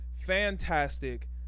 fantastic